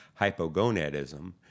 hypogonadism